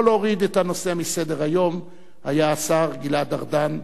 להוריד את הנושא מסדר-היום היה השר גלעד ארדן,